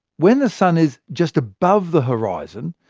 when the sun is just above the horizon,